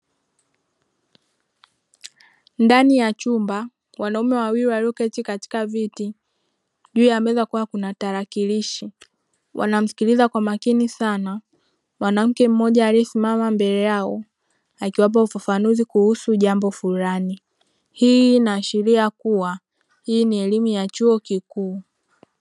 Ndani ya chumba wanaume wawili walioketi katika viti, juu ya meza kukiwa kuna tarakilishi, wanamsikiliza kwa makini sana mwanamke mmoja aliyesimama mbele yao, akiwapa ufafanuzi kuhusu jambo fulani, hii inaashiria kuwa hii ni elimu ya chuo kikuu.